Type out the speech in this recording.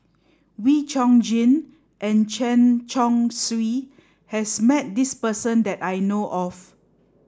Wee Chong Jin and Chen Chong Swee has met this person that I know of